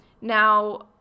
Now